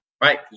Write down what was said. right